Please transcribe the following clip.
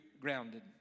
grounded